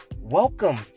Welcome